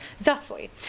thusly